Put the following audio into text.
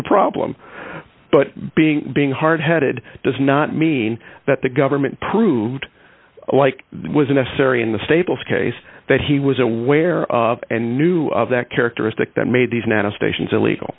problem but being being hard headed does not mean that the government proved like that was necessary in the stables case that he was aware of and knew of that characteristic that made these manifestations illegal